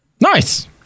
Nice